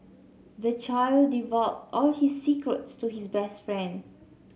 the child divulged all his secrets to his best friend